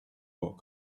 what